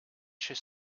chez